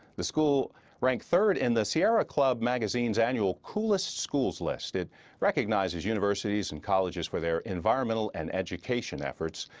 the school ranked third in the sierra club magazine's annual coolest schools list. it recognizes universities and colleges for their environmental and education efforts.